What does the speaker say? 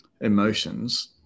emotions